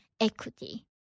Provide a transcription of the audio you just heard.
equity